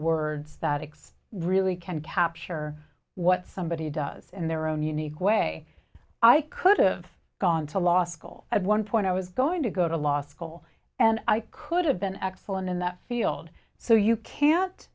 words that excess really can capture what somebody does in their own unique way hey i could've gone to law school at one point i was going to go to law school and i could have been excellent in that field so you can't